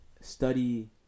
study